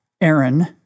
Aaron